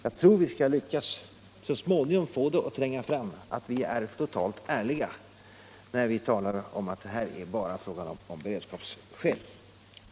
Jag tror att vi så småningom skall lyckas få det att tränga igenom att vi är totalt ärliga när vi säger att det härvidlag bara är fråga om beredskapsskäl.